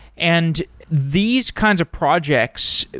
and these kinds of projects,